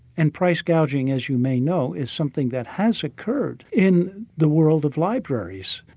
and price gouging, as you may know, is something that has occurred in the world of libraries.